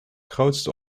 grootste